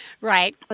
right